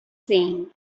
saying